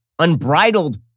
unbridled